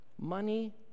money